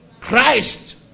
Christ